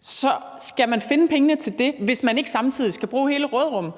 så skal man finde pengene til det, hvis man ikke samtidig skal bruge hele råderummet